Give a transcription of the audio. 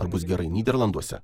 ar bus gerai nyderlanduose